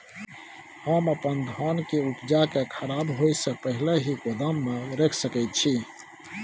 हम अपन धान के उपजा के खराब होय से पहिले ही गोदाम में रख सके छी?